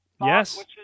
Yes